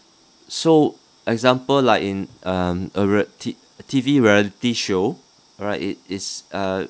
so example like in um a re~ T~ T_V reality show alright it it's uh